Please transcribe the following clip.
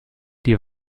die